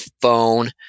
phone